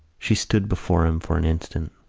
she stood before him for an instant,